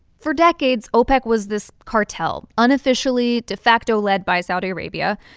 for decades, opec was this cartel, unofficially de facto led by saudi arabia,